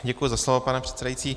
Děkuji za slovo, pane předsedající.